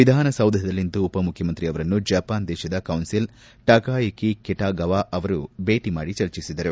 ವಿಧಾನಸೌಧದಲ್ಲಿಂದು ಉಪಮುಖ್ಕಮಂತ್ರಿ ಅವರನ್ನು ಜಪಾನ್ ದೇಶದ ಕೌನ್ಲಿಲ್ ಟಕಾಯುಕಿ ಕಿಟಾಗವ ಅವರು ಭೇಟಿ ಮಾಡಿ ಚರ್ಚೆಸಿದರು